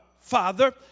father